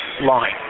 line